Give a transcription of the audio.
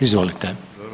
Izvolite.